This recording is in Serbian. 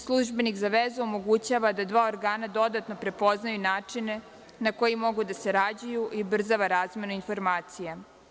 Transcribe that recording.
Službenik za vezu omogućava da dva organa dodatno prepoznaju način na koje mogu da sarađuju i ubrzava razmenu informacija.